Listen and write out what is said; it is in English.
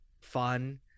fun